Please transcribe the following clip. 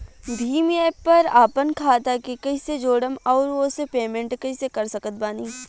Bhim app पर आपन खाता के कईसे जोड़म आउर ओसे पेमेंट कईसे कर सकत बानी?